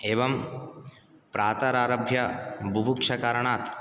एवं प्रातरारभ्य बुभुक्षकारणात्